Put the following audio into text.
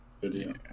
video